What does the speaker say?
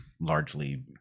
largely